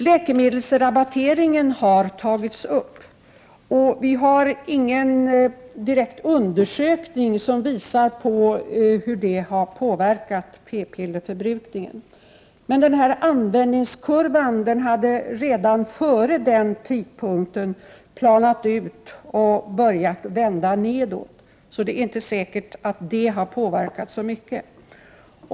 Läkemedelsrabatteringen har tagits upp, men vi har ingen undersökning som direkt visar hur den har påverkat p-pillerförbrukningen. Användningskurvan hade redan tidigare planat ut och börjat vända nedåt, så det är inte säkert att ändringen av rabatteringen har påverkat situationen särskilt mycket.